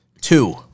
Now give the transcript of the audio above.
Two